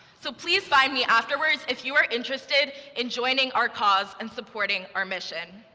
so please find me afterwards if you are interested in joining our cause and supporting our mission.